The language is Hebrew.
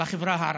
בחברה הערבית.